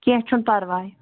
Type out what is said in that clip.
کیٚنٛہہ چھُنہٕ پَرواے